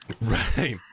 right